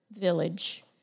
village